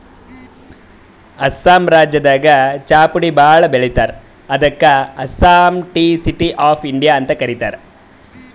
ಅಸ್ಸಾಂ ರಾಜ್ಯದಾಗ್ ಚಾಪುಡಿ ಭಾಳ್ ಬೆಳಿತಾರ್ ಅದಕ್ಕ್ ಅಸ್ಸಾಂಗ್ ಟೀ ಸಿಟಿ ಆಫ್ ಇಂಡಿಯಾ ಅಂತ್ ಕರಿತಾರ್